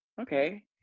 Okay